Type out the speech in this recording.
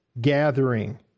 gathering